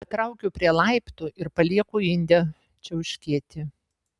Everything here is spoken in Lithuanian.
patraukiu prie laiptų ir palieku indę čiauškėti